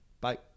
Bye